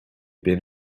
been